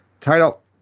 title